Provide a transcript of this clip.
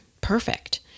perfect